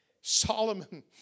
Solomon